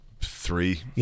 three